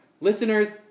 Listeners